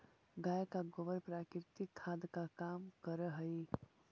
गाय का गोबर प्राकृतिक खाद का काम करअ हई